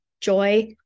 joy